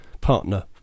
partner